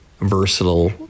versatile